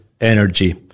energy